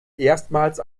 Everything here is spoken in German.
erstmals